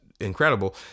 incredible